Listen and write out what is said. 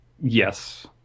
Yes